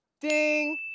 Ding